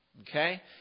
Okay